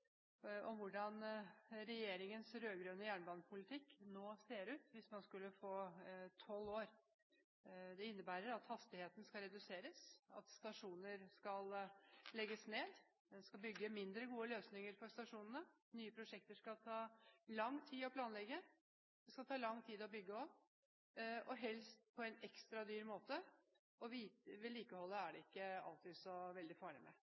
fortelle hvordan regjeringens rød-grønne jernbanepolitikk nå ser ut hvis man får sitte i tolv år. Det innebærer at hastigheten skal reduseres, at stasjoner skal legges ned, at en skal bygge mindre gode løsninger for stasjonene, at nye prosjekter skal ta lang tid å planlegge, at det skal ta lang tid å bygge og helst på en ekstra dyr måte, og vedlikeholdet er det ikke alltid så veldig